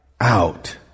out